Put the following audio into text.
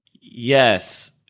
yes